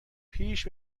پیش